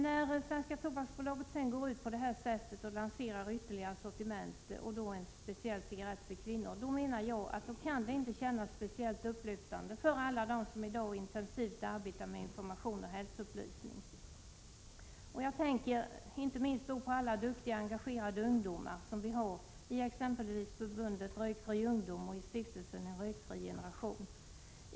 När nu Svenska Tobaksbolaget går ut på detta sätt och lanserar ytterligare en produkt —i det här fallet alltså en speciell cigarett för kvinnor — kan det inte kännas speciellt upplyftande för alla dem som i dag intensivt arbetar med information och hälsoupplysning. Jag tänker då inte minst på alla duktiga, engagerade ungdomar som arbetar inom exempelvis Förbundet Rökfri ungdom eller i Stiftelsen En rökfri generation.